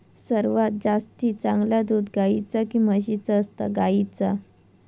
सर्वात जास्ती चांगला दूध गाईचा की म्हशीचा असता?